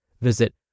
Visit